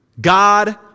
God